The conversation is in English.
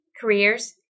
careers